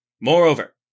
moreover